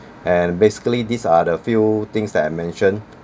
and basically these are the few things that I mentioned